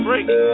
Break